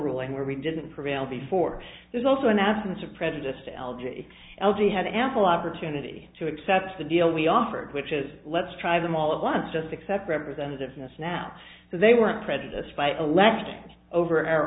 ruling where we didn't prevail before there's also an absence of prejudice to l g l g had ample opportunity to accept the deal we offered which is let's try them all at once just accept representativeness now so they weren't prejudiced by electing over our